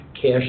cash